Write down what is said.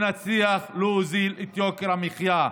נצליח להוריד את יוקר המחיה.